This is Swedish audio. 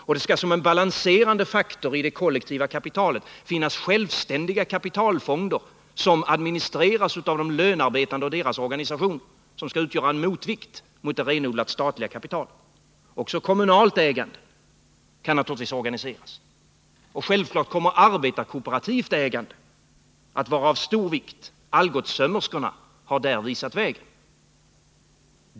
Och det skall som en balanserande faktor i det kollektiva kapitalet finnas självständiga kapitalfonder som administreras av de lönarbetande och deras organisationer och som skall utgöra en motvikt mot det statliga kapitalet. Också kommunalt ägande kan naturligtvis organiseras. Självfallet kommer även arbetarkooperativt ägande att vara av stor vikt — Algotssömmerskorna har här visat vägen.